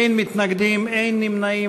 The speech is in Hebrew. אין מתנגדים ואין נמנעים.